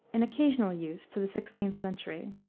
in occasional use to the sixteenth century.